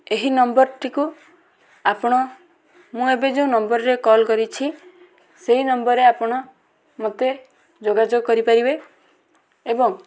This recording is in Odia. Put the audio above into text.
ଏହି ନମ୍ବର୍ଟିକୁ ଆପଣ ମୁଁ ଏବେ ଯେଉଁ ନମ୍ବର୍ରେ କଲ୍ କରିଛି ସେହି ନମ୍ବର୍ରେ ଆପଣ ମୋତେ ଯୋଗାଯୋଗ କରିପାରିବେ ଏବଂ